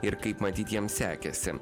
ir kaip matyt jiems sekėsi